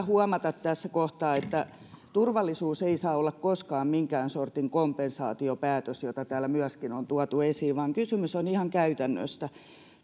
huomata tässä kohtaa että turvallisuus ei saa olla koskaan minkään sortin kompensaatiopäätös mikä täällä myöskin on tuotu esiin vaan kysymys on ihan käytännöistä